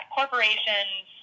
corporations